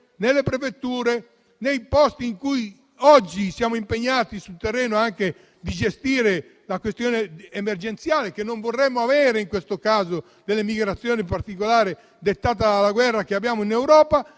nelle prefetture, nei posti in cui oggi siamo impegnati sul terreno per gestire la questione emergenziale. Non vorremmo avere in questo caso delle migrazioni particolari dettate dalla guerra che abbiamo in Europa.